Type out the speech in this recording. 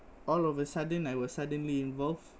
all of a sudden I was suddenly involved